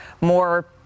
more